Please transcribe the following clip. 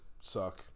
suck